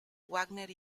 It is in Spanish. wagner